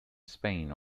spain